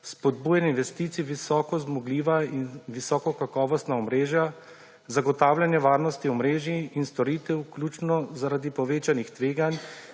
spodbujanje investicij v visokozmogljiva in visokokakovostna omrežja; zagotavljanje varnosti omrežij in storitev, vključno zaradi povečanih tveganj,